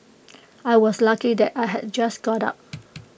I was lucky that I had just got up